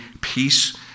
peace